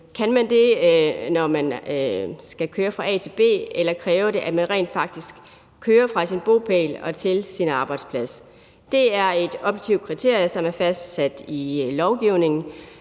Kan man det, når man skal køre fra A til B, eller kræver det rent faktisk, at man kører fra sin bopæl og til sin arbejdsplads? Det er et objektivt kriterie, som er fastsat i lovgivningen,